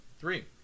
three